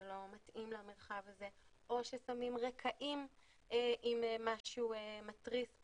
זה לא מתאים למרחב הזה' או ששמים רקעים עם משהו מתריס,